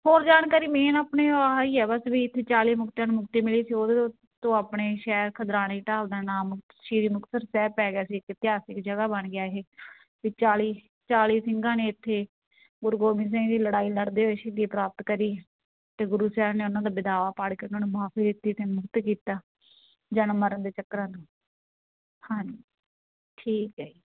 ਹੋਰ ਜਾਣਕਾਰੀ ਮੇਨ ਆਪਣੇ ਉਹ ਆਹੀ ਆ ਬਸ ਵੀ ਇੱਥੇ ਚਾਲੀ ਮੁਕਤਿਆਂ ਨੂੰ ਮੁਕਤੀ ਮਿਲੀ ਸੀ ਉਹਦੇ ਤੋਂ ਆਪਣੇ ਸ਼ਹਿਰ ਖਿਦਰਾਣੇ ਦੀ ਢਾਬ ਦਾ ਨਾਮ ਸ਼੍ਰੀ ਮੁਕਤਸਰ ਸਾਹਿਬ ਪੈ ਗਿਆ ਸੀ ਇੱਕ ਇਤਿਹਾਸਿਕ ਜਗ੍ਹਾ ਬਣ ਗਿਆ ਇਹ ਵੀ ਚਾਲੀ ਚਾਲੀ ਸਿੰਘਾਂ ਨੇ ਇੱਥੇ ਗੁਰੂ ਗੋਬਿੰਦ ਸਿੰਘ ਜੀ ਲੜਾਈ ਲੜਦੇ ਹੋਏ ਸ਼ਹੀਦੀ ਪ੍ਰਾਪਤ ਕਰੀ ਅਤੇ ਗੁਰੂ ਸਾਹਿਬ ਨੇ ਉਹਨਾਂ ਦਾ ਵਿਦਾਵਾ ਪਾੜ ਕੇ ਉਹਨਾਂ ਨੂੰ ਮਾਫ਼ੀ ਦਿੱਤੀ ਅਤੇ ਮੁਕਤ ਕੀਤਾ ਜਨਮ ਮਰਨ ਦੇ ਚੱਕਰਾਂ ਤੋਂ ਹਾਂਜੀ ਠੀਕ ਹੈ ਜੀ